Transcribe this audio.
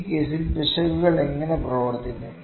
ഈ കേസിൽ പിശകുകൾ എങ്ങനെ പ്രവർത്തിക്കും